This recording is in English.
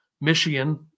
Michigan